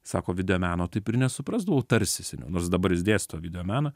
sako videomeno taip ir nesuprasdavau tarsi seniau nors dabar jis dėsto videomeną